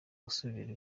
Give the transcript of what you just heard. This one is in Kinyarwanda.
gusubira